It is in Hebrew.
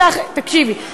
תקשיבי,